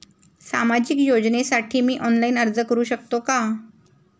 सामाजिक योजनेसाठी मी ऑनलाइन अर्ज करू शकतो का?